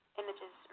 images